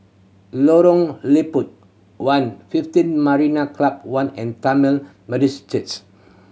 Lorong Liput One Fifteen Marina Club One and Tamil Methodist Church